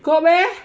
got meh